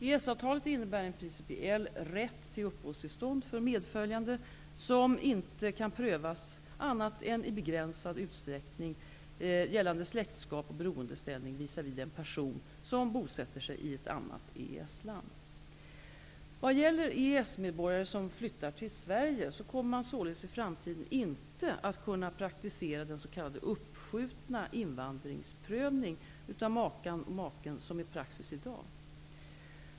EES-avtalet innebär en principiell rätt till uppehållstillstånd för medföljande som inte kan prövas annat än i begränsad utsträckning gällande släktskap och beroendeställning visavi den person som bosätter sig i ett annat EES-land. Vad gäller EES-medborgare som flyttar till Sverige kommer man således i framtiden inte att kunna praktisera den s.k. uppskjutna invandringsprövning av makan/maken som är praxis i dag.